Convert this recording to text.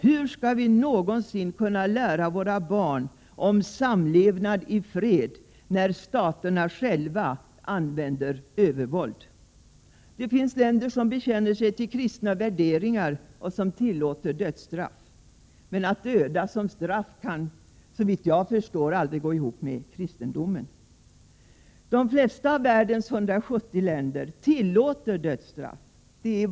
Hur skall vi någonsin kunna lära våra barn om samlevnad i fred, när staterna själva använder övervåld? Det finns länder som bekänner sig till kristna värderingar och ändå tillåter dödsstraff. Att döda som straff kan aldrig gå ihop med kristna värderingar. De flesta av världens 170 länder tillåter dödsstraff.